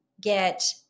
get